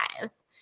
guys